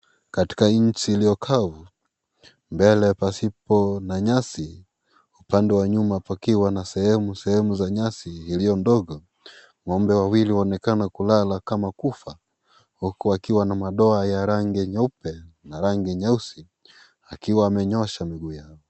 Katika nchi iliyo kavu mbele pasipo na nyasi upande wa nyuma pakiwa na sehemu, sehemu za nyasi iliyo ndogo, waumbe wawili wamekaa na kulala kama kufa huku wakiwa na madoa ya rangi ya nyeupe na rangi nyeusi wakiwa wamenyoosha miguu yao.